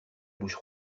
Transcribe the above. bouche